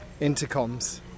intercoms